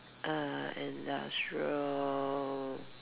err industrial